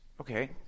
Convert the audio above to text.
Okay